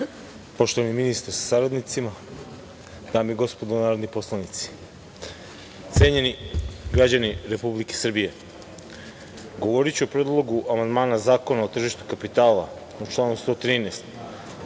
Orliću. Poštovani ministre sa saradnicima, dame i gospodo narodni poslanici, cenjeni građani Republike Srbije, govoriću o predlogu amandmana Zakona o tržištu kapitala o članu 113.